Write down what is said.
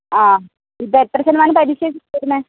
ഇത് എത്ര ശതമാനം പലിശയാ തരുന്നത്